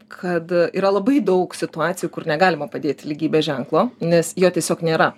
kad yra labai daug situacijų kur negalima padėti lygybės ženklo nes jo tiesiog nėra